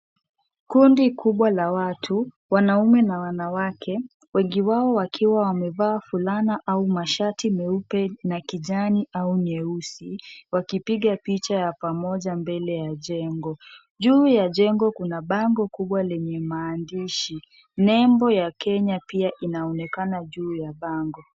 Kundi kubwa la watu wanaume na wanawake wengi wao wakiwa wamevaa fulana au mashati meupe na kijani au nyeusi wakipiga picha ya pamoja mbele ya jengo. Juu ya jengo kuna bango kubwa lenye maandishi nembo ya Kenya pia inaonekana juu ya bango.